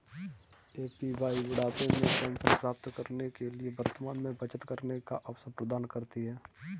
APY बुढ़ापे में pension प्राप्त करने के लिए वर्तमान में बचत करने का अवसर प्रदान करती है